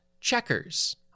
checkers